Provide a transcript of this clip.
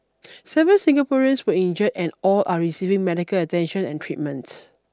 seven Singaporeans were injured and all are receiving medical attention and treatment